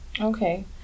okay